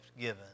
given